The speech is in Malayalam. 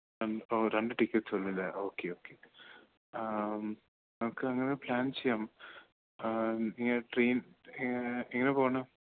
ഇപ്പം ഓ രണ്ട് ടിക്കറ്റ് ഉള്ളൂ അല്ലേ ഓക്കെ ഓക്കേ നമുക്ക് അങ്ങനെ പ്ലാൻ ചെയ്യാം ട്രെയിൻ എങ്ങനെ പോവണം